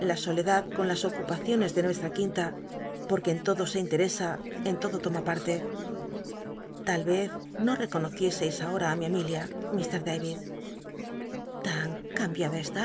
la soledad con las ocupnciones de nuestra quinta porque cl todo se interesa en todo toma parte tal vez no econocicscis ahora á mi emilia lir david tan cambiada está